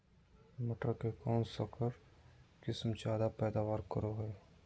मटर के कौन संकर किस्म जायदा पैदावार करो है?